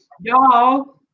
Y'all